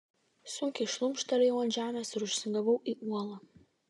sunkiai šlumštelėjau ant žemės ir užsigavau į uolą